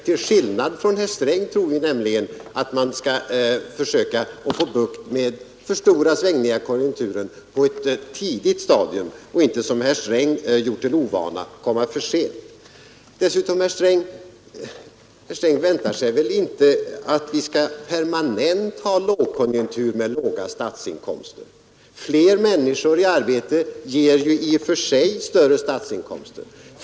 Till skillnad från herr Sträng tror vi nämligen att man bör försöka få bukt med för stora svängningar i konjunkturen på ett tidigt stadium och inte, såsom herr Sträng gjort till ovana, komma för sent. Herr Sträng väntar sig väl inte att vi permanent skall ha lågkonjunktur med låga statsinkomster. Flera människor i arbete ger i och för sig större statsinkomster.